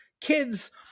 kids